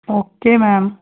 okay ma'am